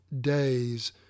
days